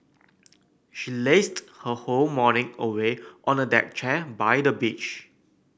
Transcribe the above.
she lazed her whole morning away on a deck chair by the beach